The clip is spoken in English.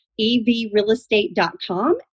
evrealestate.com